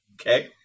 Okay